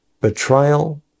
betrayal